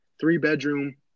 three-bedroom